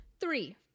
three